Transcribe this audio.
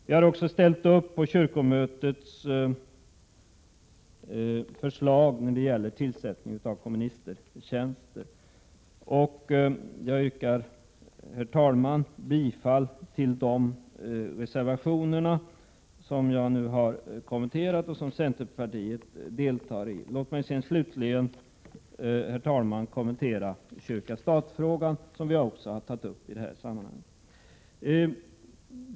Vi har också slutit upp bakom kyrkomötets förslag beträffande tillsättningen av komministertjänster. Jag yrkar bifall till de reservationer som jag här har kommenterat och som centerpartiet står bakom. Låt mig slutligen, herr talman, kommentera kyrka-stat-frågan som vi också har tagit upp i detta sammanhang.